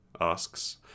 asks